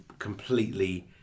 Completely